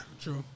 True